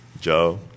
Joe